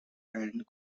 and